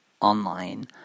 online